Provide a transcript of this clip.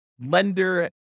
lender